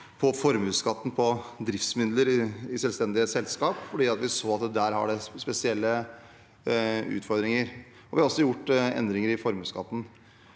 på formuesskatten på driftsmidler i selvstendige selskap, fordi vi så at der har de spesielle utfordringer. Vi har også gjort endringer i formuesskatten.